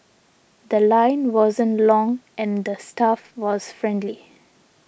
The Line wasn't long and the staff was friendly